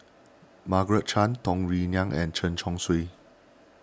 Margaret Chan Tung Yue Nang and Chen Chong Swee